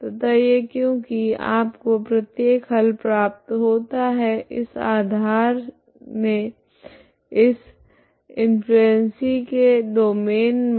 तथा यह क्योकि आपको प्रत्येक हल प्राप्त होता है इस आधार मे इस इंफ्लुएंकी के डोमैन मे